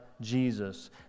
Jesus